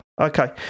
Okay